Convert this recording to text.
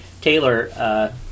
Taylor